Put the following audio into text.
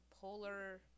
Polar